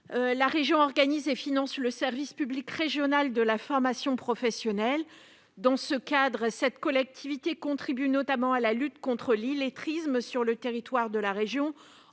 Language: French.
La région organise et finance le service public régional de la formation professionnelle. Dans ce cadre, cette collectivité contribue notamment à la lutte contre l'illettrisme sur le territoire de la région,